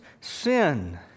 sin